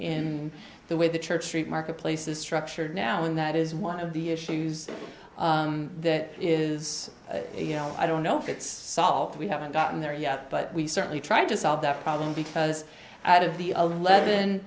in the way the church street marketplace is structured now and that is one of the issues that is you know i don't know if it's solved we haven't gotten there yet but we certainly try to solve that problem because out of the